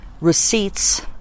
receipts